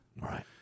right